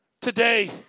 today